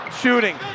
Shooting